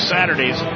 Saturdays